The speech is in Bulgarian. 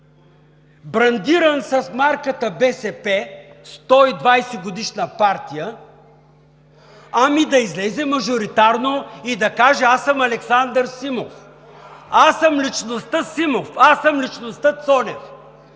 брандиран с марката „БСП“, 120-годишна партия, ами да излезе мажоритарно и да каже: „Аз съм Александър Симов, аз съм личността Симов“, „Аз съм личността Цонев“,